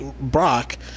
Brock